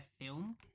film